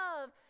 love